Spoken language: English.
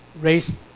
raised